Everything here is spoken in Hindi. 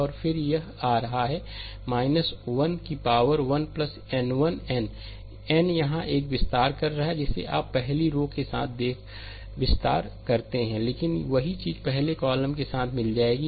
और फिर यह आ रहा है 1 पोर 1 n 1n एन यह विस्तार कर रहा है जिसे आप पहली रो के साथ विस्तार कहते हैं लेकिन वही चीज पहले कॉलम के साथ मिल जाएगी